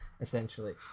essentially